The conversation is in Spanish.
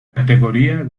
categoría